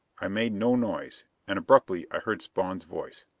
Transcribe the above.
i made no noise. and abruptly i heard spawn's voice,